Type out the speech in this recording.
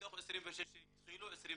מתוך 26 שהתחילו 24 סיימו.